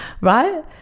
right